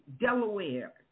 Delaware